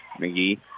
McGee